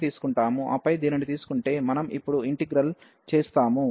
ఆపై దీనిని తీసుకుంటే మనం ఇప్పుడు ఇంటిగ్రల్ చేస్తాము